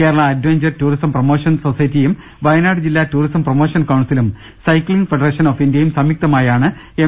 Kerala adventure tourism promotion സൊസൈറ്റിയും Wayanad ജില്ലാ tourism promotion കൌൺസിലും സൈക്ലിംഗ് ഫെഡറേഷൻ ഓ ഫ് ഇന്ത്യയും സംയുക്തമായാണ് എം